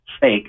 fake